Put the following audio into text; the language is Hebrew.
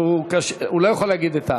הוא לא יכול להגיד את,